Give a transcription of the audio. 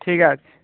ঠিক আছে